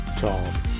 Tom